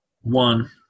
one